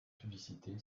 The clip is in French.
publicité